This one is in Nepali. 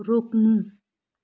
रोक्नु